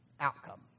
outcome